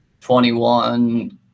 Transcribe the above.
21